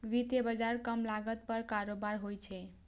वित्तीय बाजार कम लागत पर कारोबार होइ छै